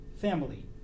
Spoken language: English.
family